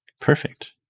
Perfect